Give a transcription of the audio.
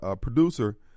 producer